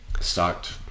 stocked